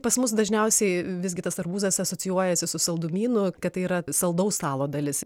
pas mus dažniausiai visgi tas arbūzas asocijuojasi su saldumynu kad tai yra saldaus stalo dalis